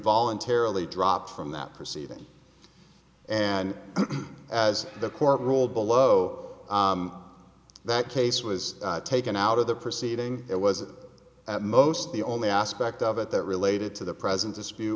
voluntarily dropped from that proceeding and as the court ruled below that case was taken out of the proceeding it was at most the only aspect of it that related to the present dispute